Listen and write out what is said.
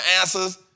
answers